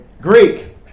Greek